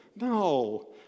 No